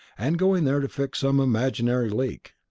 and going there to fix some imaginary leak.